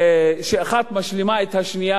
והאחת משלימה את השנייה,